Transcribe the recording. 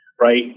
right